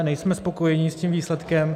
Nejsme spokojeni s tím výsledkem.